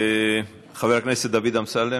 חבר הכנסת דוד אמסלם,